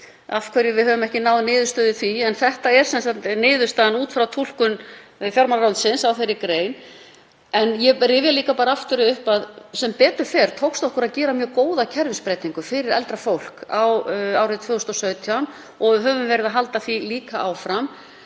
af hverju við höfum ekki náð niðurstöðu í því. En þetta er sem sagt niðurstaðan út frá túlkun fjármálaráðuneytisins á þeirri grein. Ég rifja líka aftur upp að sem betur fer tókst okkur að gera mjög góða kerfisbreytingu fyrir eldra fólk árið 2017 og við höfum haldið því áfram.